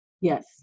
Yes